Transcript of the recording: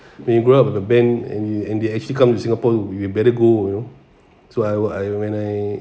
they grew up at the bank and you and they actually come to singapore we better go you know so I were I when I